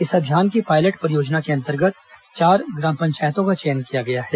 इस अभियान की पायलट परियोजना के अंतर्गत चार पंचायतों का चयन किया गया है